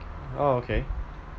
orh okay